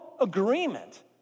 agreement